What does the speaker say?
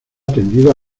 tendida